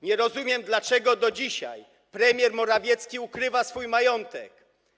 Nie rozumiem, dlaczego do dzisiaj premier Morawiecki ukrywa swój majątek.